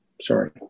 Sorry